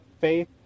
faith